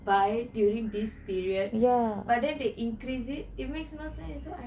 buy during this period but then they increase it it makes no sense